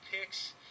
picks